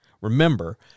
Remember